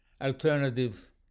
alternative